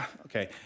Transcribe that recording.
okay